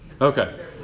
Okay